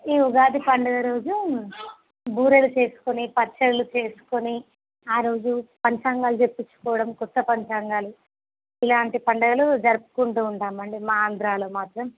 ఈ ఉగాది పండుగ రోజు బూరెలు చేసుకుని పచ్చళ్ళు చేసుకుని ఆరోజు పంచాంగాలు చెప్పించుకోవడం కొత్త పంచాంగాలు ఇలాంటి పండుగలు జరుపుకుంటూ ఉంటాం అండి మా ఆంధ్రాలో మాత్రం